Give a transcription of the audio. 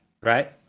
right